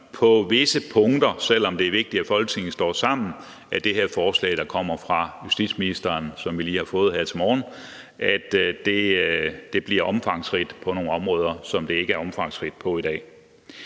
på visse punkter, selv om det er vigtigt, at Folketinget står sammen om det her forslag, der kommer fra justitsministeren, som vi lige har fået her til morgen, at det bliver omfangsrigt på nogle områder, som det ikke er omfangsrigt på i dag.